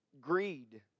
greed